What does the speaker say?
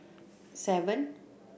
seven